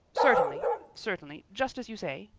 certainly certainly just as you say,